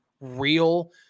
real